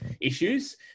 issues